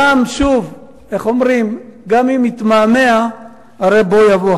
איך אומרים, גם אם יתמהמה הרי בוא יבוא.